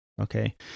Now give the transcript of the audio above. Okay